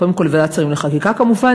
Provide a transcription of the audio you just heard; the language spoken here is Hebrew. קודם כול לוועדת שרים לחקיקה כמובן,